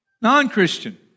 non-Christian